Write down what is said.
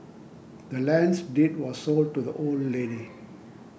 the land's deed was sold to the old lady